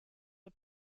are